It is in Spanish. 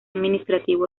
administrativo